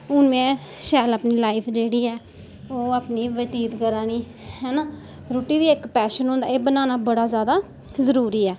हुन मैं शैल अपनी लाइफ जेह्ड़ी ऐ ओह् अपनी व्यतीत करानी हैना रूट्टी बी इक्क पैशन होंदा एह् बनाना बड़ा जैदा जरूरी ऐ